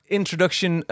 introduction